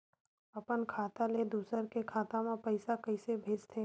अपन खाता ले दुसर के खाता मा पईसा कइसे भेजथे?